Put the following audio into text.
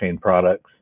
products